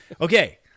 Okay